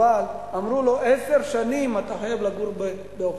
אבל אמרו לו: עשר שנים אתה חייב לגור באופקים,